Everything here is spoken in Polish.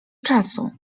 czasu